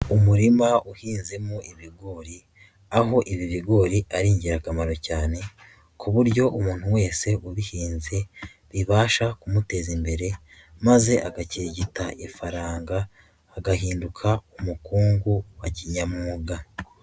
Umurima uhinzemo ibigori aho ibi bigori ari ingirakamaro cyane ku buryo umuntu wese ubihinze bibasha kumuteza imbere maze agakirigita ifaranga, agahinduka umukungu wa kinyamwuga.